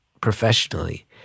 professionally